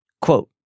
Quote